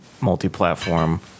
multi-platform